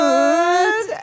Good